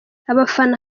abafana